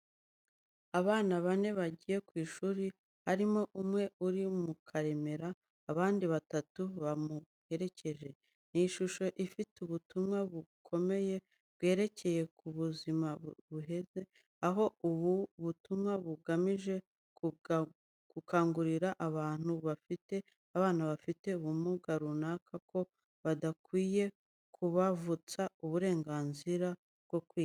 Abana bane bagiye ku ishuri, harimo umwe uri mu karemera, abandi batatu bamuherekeje. Ni ishusho ifite ubutumwa bukomeye bwerekeye uburezi budaheza, aho ubu butumwa bugamije gukangurira abantu bafite abana bafite ubumuga runaka ko badakwiriye kubavutsa uburenganzira bwo kwiga.